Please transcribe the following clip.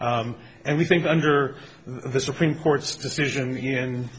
case and we think under the supreme court's decision in